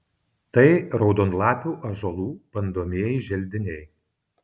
tai raudonlapių ąžuolų bandomieji želdiniai